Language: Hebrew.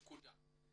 נקודה.